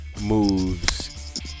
moves